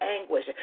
anguish